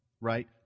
right